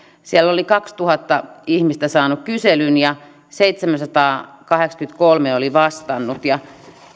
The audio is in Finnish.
kaksituhatta ihmistä oli saanut kyselyn ja seitsemänsataakahdeksankymmentäkolme oli vastannut ja